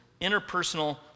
interpersonal